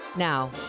Now